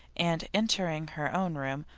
and entering her own room,